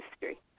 history